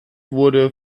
wurde